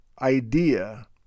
idea